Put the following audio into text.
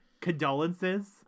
condolences